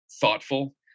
thoughtful